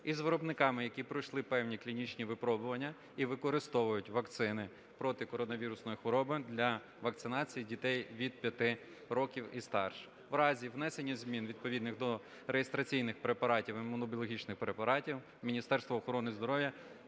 з виробниками, які пройшли певні клінічні випробування і використовують вакцини проти коронавірусної хвороби для вакцинації дітей від 5 років і старше. У разі внесення змін відповідних до реєстраційних препаратів, імунобіологічних препаратів, Міністерство охорони здоров'я